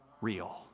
real